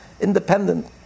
independent